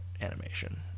animation